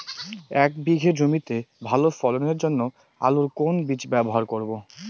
এক বিঘে জমিতে ভালো ফলনের জন্য আলুর কোন বীজ ব্যবহার করব?